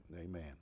amen